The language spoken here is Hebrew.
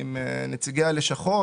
עם נציגי הלשכות.